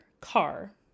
car